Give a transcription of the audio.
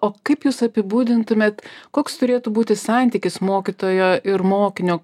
o kaip jūs apibūdintumėt koks turėtų būti santykis mokytojo ir mokinio